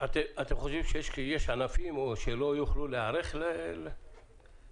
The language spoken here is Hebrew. אתם חושבים שיש ענפים שלא יוכלו להיערך ליישום החוק?